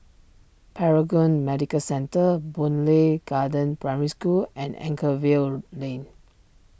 Paragon Medical Centre Boon Lay Garden Primary School and Anchorvale Lane